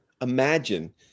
Imagine